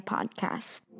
Podcast